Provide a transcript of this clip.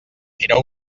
era